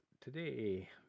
today